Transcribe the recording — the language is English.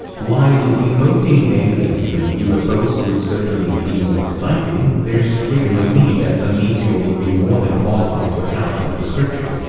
while invoking aliens and ufos would certainly be more exciting, there's really no need as a meteor would be more than qualified to to account for that description.